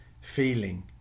Feeling